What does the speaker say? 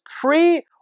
pre